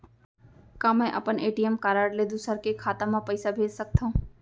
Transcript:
का मैं अपन ए.टी.एम कारड ले दूसर के खाता म पइसा भेज सकथव?